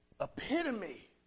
epitome